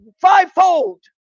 fivefold